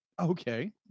okay